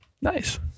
Nice